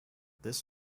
this